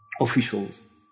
officials